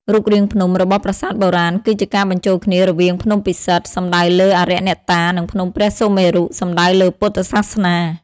រូបរាងភ្នំ របស់ប្រាសាទបុរាណគឺជាការបញ្ចូលគ្នារវាងភ្នំពិសិដ្ឋ សំដៅលើអារក្សអ្នកតា និងភ្នំព្រះសុមេរុ សំដៅលើពុទ្ធសាសនា។